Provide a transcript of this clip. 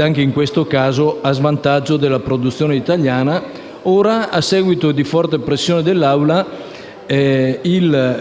(anche in questo caso a svantaggio della produzione italiana), il Governo, a seguito di forte pressione dell'Assemblea,